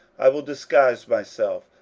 i will disguise myself,